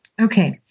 Okay